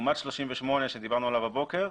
לעומת 38 עליו דיברנו הבוקר,